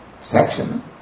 section